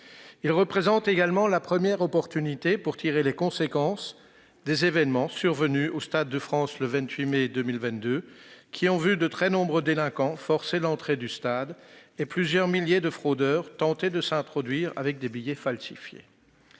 Il constitue également une première opportunité de tirer les conséquences des événements survenus au Stade de France le 28 mai 2022, qui ont vu de très nombreux délinquants forcer l'entrée du stade et plusieurs milliers de fraudeurs tenter de s'introduire avec des billets falsifiés.